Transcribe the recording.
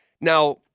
Now